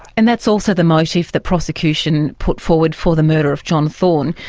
and that's also the motive the prosecution put forward for the murder of john thorn.